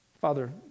Father